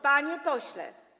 Panie pośle!